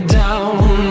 down